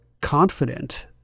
confident